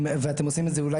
ואתם עושים את זה אולי,